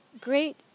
great